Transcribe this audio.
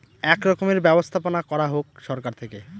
এক রকমের ব্যবস্থাপনা করা হোক সরকার থেকে